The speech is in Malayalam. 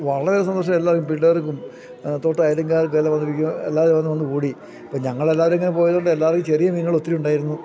വളരെ സന്തോഷമായി എല്ലാവർക്കും പിള്ളേർക്കും തൊട്ട അയല്ക്കാർക്കും എല്ലാവരും വന്നുകൂടി ഇപ്പോള് ഞങ്ങളെല്ലാവരും ഇങ്ങനെ പോയതുകൊണ്ട് എല്ലാവരുടെ കയ്യിലും ചെറിയ മീനുകൾ ഒത്തിരി ഉണ്ടായിരുന്നു